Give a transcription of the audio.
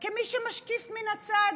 כמי שמשקיף מן הצד,